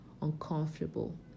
uncomfortable